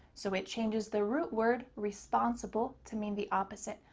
so it changes the root word responsible to mean the opposite.